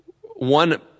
One